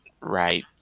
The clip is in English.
right